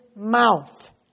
mouth